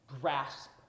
grasp